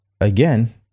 again